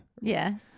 Yes